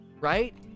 Right